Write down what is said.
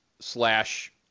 slash